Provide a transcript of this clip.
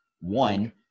one